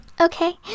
Okay